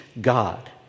God